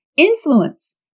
Influence